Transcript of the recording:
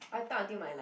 I talk until my like